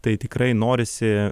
tai tikrai norisi